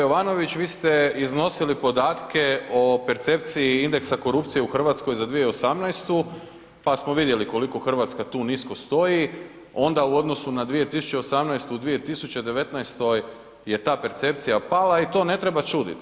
Kolega Jovanović vi ste iznosili podatke o percepciji indeksa korupcije u Hrvatskoj za 2018.pa smo vidjeli koliko tu Hrvatska nisko stoji, onda u odnosu na 2018.u 2019.je ta percepcija pala i to ne treba čudit.